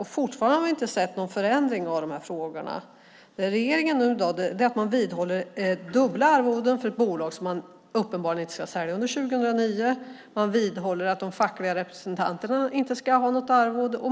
Men fortfarande har vi inte sett någon förändring i dessa frågor. Regeringen vidhåller att det ska vara dubbla arvoden i ett bolag som man uppenbarligen inte ska sälja under 2009. Man vidhåller att de fackliga representanterna inte ska ha något arvode.